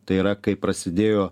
tai yra kai prasidėjo